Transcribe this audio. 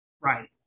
Right